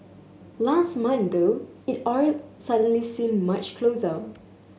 last month though it all suddenly seemed much closer